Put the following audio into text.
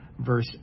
verse